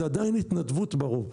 זה עדיין התנדבות ברוב,